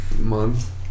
month